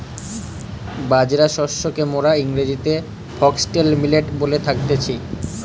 বাজরা শস্যকে মোরা ইংরেজিতে ফক্সটেল মিলেট বলে থাকতেছি